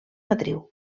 matriu